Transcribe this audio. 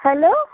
hello